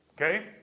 Okay